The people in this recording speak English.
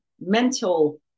mental